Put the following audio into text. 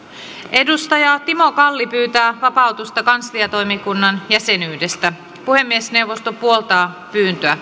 timo kalli pyytää vapautusta kansliatoimikunnan jäsenyydestä puhemiesneuvosto puoltaa pyyntöä